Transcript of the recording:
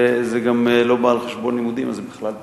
זה גם לא בא על חשבון לימודים, אז זה בכלל טוב.